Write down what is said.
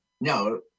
no